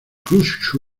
kyushu